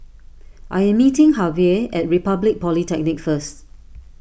I am meeting Javier at Republic Polytechnic first